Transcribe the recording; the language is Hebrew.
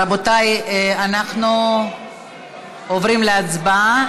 רבותיי, אנחנו עוברים להצבעה.